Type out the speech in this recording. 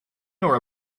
nor